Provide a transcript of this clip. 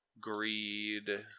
greed